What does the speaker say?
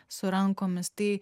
su rankomis tai